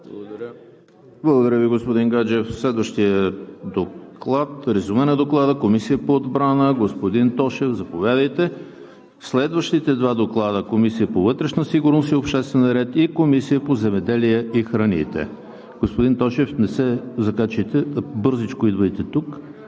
Благодаря Ви, господин Гаджев. Следващото резюме на Доклада е на Комисията по отбрана. Господин Тошев, заповядайте. Следващите два доклада са на Комисията по вътрешна сигурност и обществен ред и на Комисията по земеделието и храните. Господин Тошев, не се закачайте, а бързичко идвайте тук